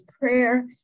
prayer